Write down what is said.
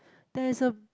there is a